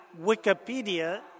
Wikipedia